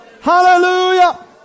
Hallelujah